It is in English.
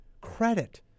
Credit